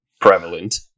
prevalent